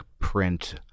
print